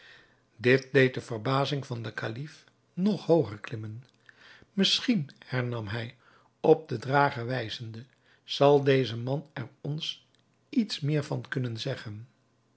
dit deed de verbazing van den kalif nog hooger klimmen misschien hernam hij op den drager wijzende zal deze man er ons iets meer van kunnen zeggen